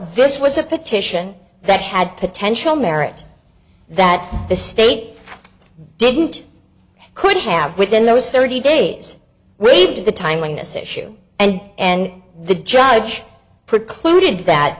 this was a petition that had potential merit that the state didn't could have within those thirty days raved to the time when this issue and the judge precluded that